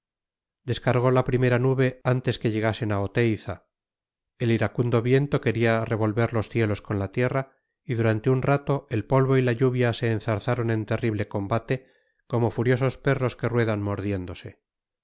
descargó la primera nube antes que llegasen a oteiza el iracundo viento quería revolver los cielos con la tierra y durante un rato el polvo y la lluvia se enzarzaron en terrible combate como furiosos perros que ruedan mordiéndose